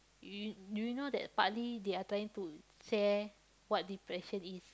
you do you know that partly they are trying to share what depression is